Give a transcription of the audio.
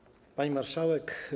Pani Marszałek!